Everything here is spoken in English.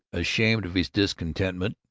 ashamed of his discontentment,